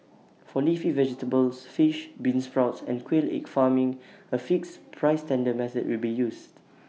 for leafy vegetables fish beansprouts and quail egg farming A fixed price tender method will be used